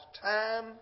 time